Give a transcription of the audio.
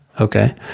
Okay